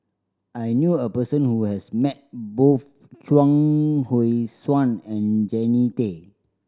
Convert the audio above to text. I knew a person who has met both Chuang Hui Tsuan and Jannie Tay